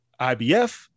IBF